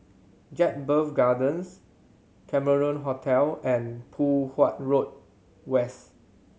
Jedburgh Gardens Cameron Hotel and Poh Huat Road West